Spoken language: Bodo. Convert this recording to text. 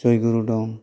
जयगुरु दं